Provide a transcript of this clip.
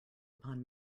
upon